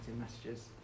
messages